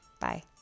Bye